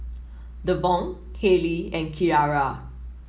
Devaughn Haley and Keara